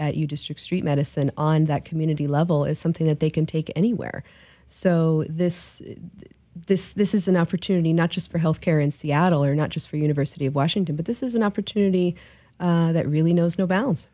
your street medicine on that community level is something that they can take anywhere so this this this is an opportunity not just for healthcare in seattle or not just for university of washington but this is an opportunity that really knows no b